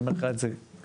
אני אומר לך את זה כאן,